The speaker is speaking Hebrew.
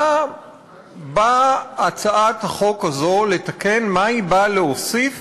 מה באה הצעת החוק הזאת לתקן, מה היא באה להוסיף